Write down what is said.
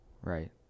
Right